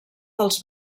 dels